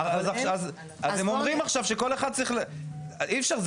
אבל אין --- אז הם אומרים עכשיו שכל אחד צריך אי אפשר,